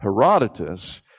Herodotus